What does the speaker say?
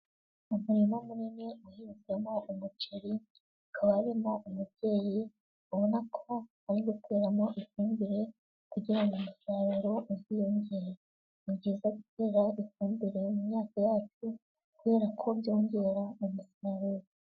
Umurima munini uhinzemo umuceri, hakaba harimo umubyeyi ubona ko ari guteramo ifumbire kugira ngo umusaruro uziyongerare, ni byiza gutera ifumbire mu myaka yacu kubera ko byongera umusaruro.